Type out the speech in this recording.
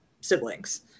siblings